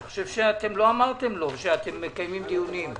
אני חושב שלא אמרתם לו שאתם מקיימים דיונים.